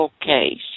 case